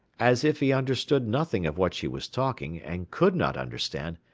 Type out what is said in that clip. as if he understood nothing of what she was talking, and could not understand,